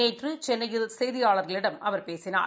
நேற்று சென்னையில் செய்தியாளர்களிடம் அவர் பேசினார்